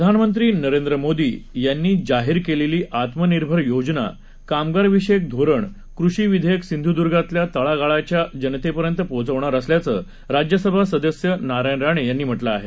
प्रधानमंत्री नरेंद्र मोदी यांनी जाहीर केलेली आत्मनिर्भर योजना कामगार विषयक धोरण कृषी विधेयक सिंधुदुर्गातल्या तळागाळातल्या जनतेपर्यंत पोहोचवणार असल्याचं राज्यसभा सदस्य नारायण राणे यांनी म्हटलं आहे